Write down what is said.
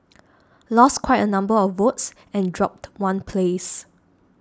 lost quite a number of votes and dropped one place